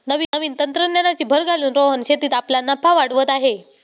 नवीन तंत्रज्ञानाची भर घालून रोहन शेतीत आपला नफा वाढवत आहे